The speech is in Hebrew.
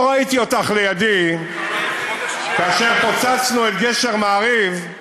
לא ראיתי אותך לידי כאשר פוצצנו את גשר "מעריב".